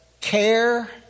care